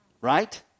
Right